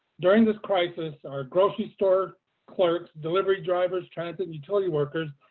during this crisis, our grocery store clerks, delivery drivers, transit utility workers,